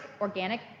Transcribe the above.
organic